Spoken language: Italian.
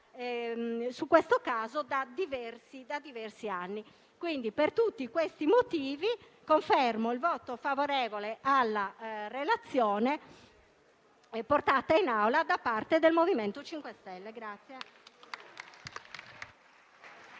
su questo caso da diversi anni. Per tutti questi motivi confermo il voto favorevole sulla relazione portata in Aula da parte del MoVimento 5 Stelle.